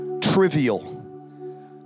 trivial